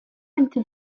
into